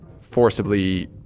forcibly